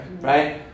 Right